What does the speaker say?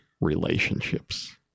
relationships